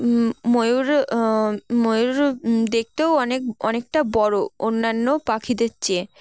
ময়ূর ময়ূর দেখতেও অনেক অনেকটা বড়ো অন্যান্য পাখিদের চেয়ে